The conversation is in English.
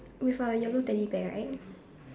with a yellow Teddy bear right